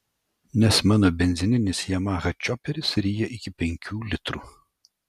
nes mano benzininis yamaha čioperis ryja iki penkių litrų